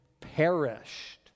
perished